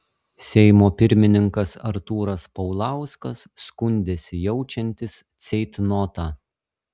seimo pirmininkas artūras paulauskas skundėsi jaučiantis ceitnotą